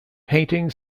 painting